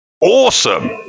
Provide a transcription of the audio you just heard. awesome